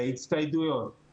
הצטיידויות,